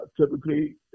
Typically